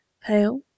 pale